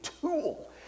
tool